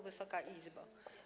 Wysoka Izbo!